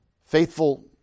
faithful